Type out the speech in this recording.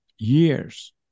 years